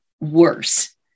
worse